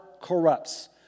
corrupts